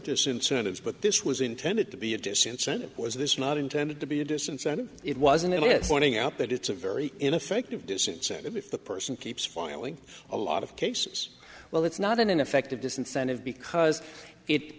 disincentives but this was intended to be a disincentive was this not intended to be a disincentive it wasn't even this warning out that it's a very ineffective disincentive if the person keeps filing a lot of cases well it's not an ineffective disincentive because it